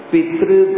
Pitru